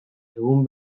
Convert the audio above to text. egun